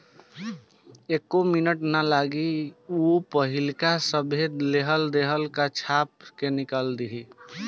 एक्को मिनट ना लागी ऊ पाहिलका सभे लेहल देहल का छाप के निकल दिहि